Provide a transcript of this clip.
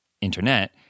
internet